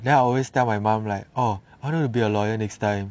then I always tell my mum like oh I want to be a lawyer next time